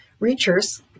Reacher's